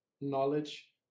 knowledge